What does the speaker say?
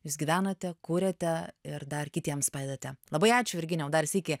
jūs gyvenate kuriate ir dar kitiems padedate labai ačiū virginijau dar sykį